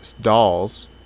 dolls